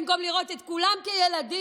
במקום לראות את כולם כילדים,